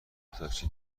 تاکسی